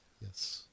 yes